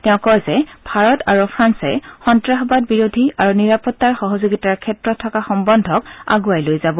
তেওঁ কয় যে ভাৰত আৰু ফ্ৰান্সে সন্তাসবাদ বিৰোধী আৰু নিৰাপত্তাৰ সহযোগিতাৰ ক্ষেত্ৰত থকা সন্বন্ধক আগুৱাই লৈ যাব